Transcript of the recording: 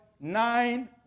Nine